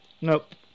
nope